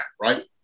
right